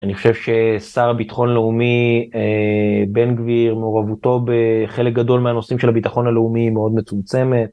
אני חושב ששר הביטחון הלאומי אה.. בן גביר מעורבותו בחלק גדול מהנושאים של הביטחון הלאומי מאוד מצומצמת.